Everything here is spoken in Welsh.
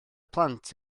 plant